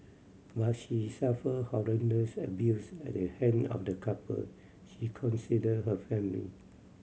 but she suffered horrendous abuse at the hand of the couple she considered her family